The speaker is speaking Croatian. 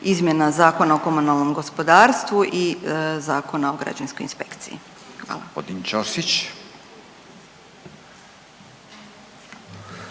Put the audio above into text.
izmjena Zakona o komunalnom gospodarstvu i Zakona o građevinskoj inspekciji. Hvala. **Radin, Furio